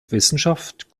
wissenschaft